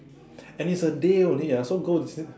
and it's a day only ah so go and